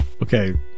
Okay